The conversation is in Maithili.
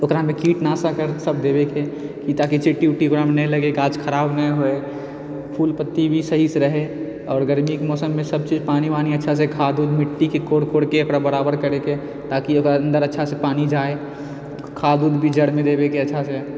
ओकरामे कीटनाशक सब देबेके की ताकि चीटी उटी ओकरामे नहि लगै गाछ खराब नहि होइ फूल पत्ती भी सहीसँ रहै आओर गर्मीके मौसममे सबचीज पानि वानी अच्छासँ खाद उद मिट्टीके कोर कोरके ओकरा बराबर करके ताकि ओकरा अन्दर अच्छासँ पानि जाइ खाद उद भी जड़मे देबेके अच्छासँ